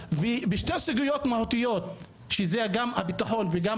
ובשתי סוגיות מהותיות שזה גם הביטחון וגם